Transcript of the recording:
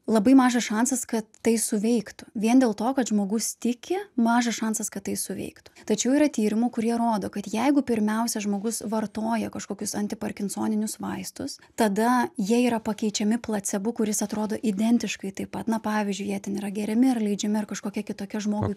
labai mažas šansas kad tai suveiktų vien dėl to kad žmogus tiki mažas šansas kad tai suveiktų tačiau yra tyrimų kurie rodo kad jeigu pirmiausia žmogus vartoja kažkokius antiparkinsoninius vaistus tada jie yra pakeičiami placebu kuris atrodo identiškai taip pat na pavyzdžiui jie ten yra geriami ar leidžiami ar kažkokia kitokia žmogui